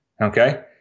Okay